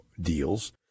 deals